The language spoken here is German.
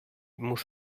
muss